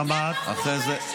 למה הוא אומר שלפיד לא שירת בצבא?